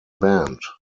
band